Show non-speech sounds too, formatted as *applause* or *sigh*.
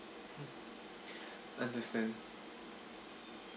*laughs* I understand